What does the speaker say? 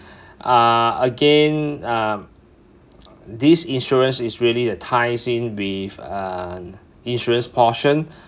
uh again um this insurance is really the ties-in with uh an insurance portion